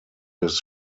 his